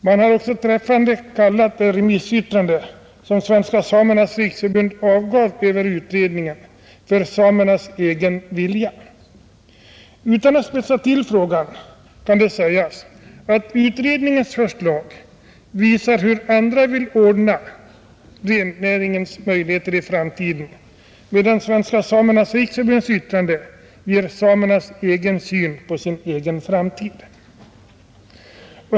Man har också träffande kallat det remissyttrande, som Svenska samernas riksförbund avgav över utredningen, ”samernas egen vilja”. Utan att spetsa till frågan kan det sägas att utredningens förslag visar hur andra vill ordna rennäringens möjligheter i framtiden, medan Svenska samernas riksförbunds yttrande ger samernas egen syn på sin egen framtid.